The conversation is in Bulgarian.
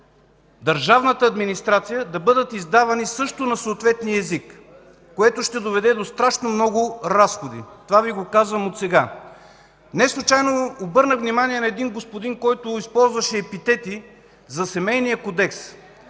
държавната администрация да бъдат издавани също на съответния език, което ще доведе до страшно много разходи. Това Ви го казвам отсега. Неслучайно обърнах внимание на един господин, който използваше епитети за Семейния кодекс.